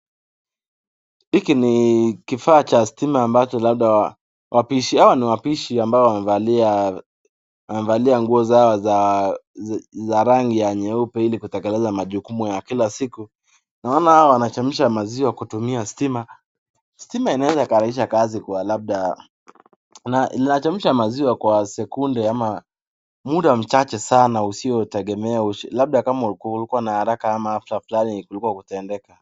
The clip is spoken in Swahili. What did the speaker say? Hiki ni kifaa cha stima ambacho labda wapishi hawa ni wapishi ambao wamevaa wamevaa nguo zao za za rangi ya nyeupe ili kutekeleza majukumu ya kila siku. Naona hawa wanachemsha maziwa kutumia stima. Stima inaweza ikarahisisha kazi kwa labda ina chemsha maziwa kwa sekunde ama muda mchache sana usiotegemea labda kama ulikuwa una haraka ama after planning kuliko kutendeka.